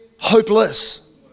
hopeless